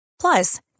Plus